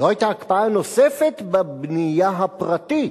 לא היתה הקפאה נוספת בבנייה הפרטית,